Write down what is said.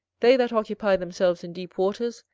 they that occupy themselves in deep waters,